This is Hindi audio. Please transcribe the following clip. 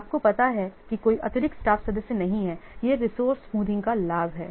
आपको पता है कि कोई अतिरिक्त स्टाफ सदस्य नहीं है यह रिसोर्स स्मूथिंग का लाभ है